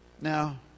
Now